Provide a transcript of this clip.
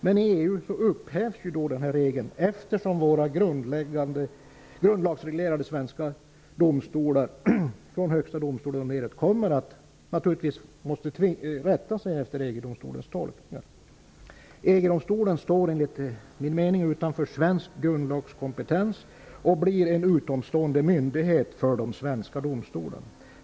Går vi med i EU upphävs den regeln, eftersom våra grundlagsreglerade svenska domstolar, från Högsta domstolen och nedåt, naturligtvis måste rätta sig efter EG-domstolens tolkningar. EG-domstolen står enligt min mening utanför svensk grundlags kompetens, och blir en utomstående myndighet för de svenska domstolarna.